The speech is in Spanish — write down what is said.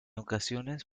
ocasiones